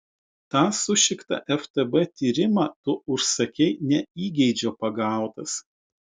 tą sušiktą ftb tyrimą tu užsakei ne įgeidžio pagautas